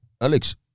Alex